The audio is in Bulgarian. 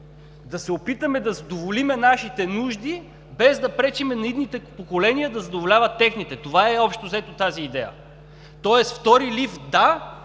да се опитаме да задоволим нашите нужди без да пречим на идните поколения да задоволяват техните – това е общо взето тази идея. Тоест втори лифт – да,